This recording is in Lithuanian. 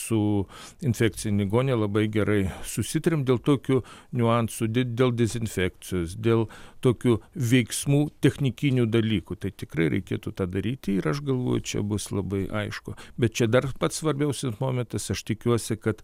su infekcine ligonine labai gerai susitarėm dėl tokių niuansų dėl dezinfekcijos dėl tokių veiksmų technikinių dalykų tai tikrai reikėtų tą daryti ir aš galvoju čia bus labai aišku bet čia dar pats svarbiausias momentas aš tikiuosi kad